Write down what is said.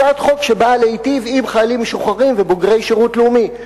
הצעת חוק שבאה להיטיב עם חיילים משוחררים ובוגרי שירות לאומי.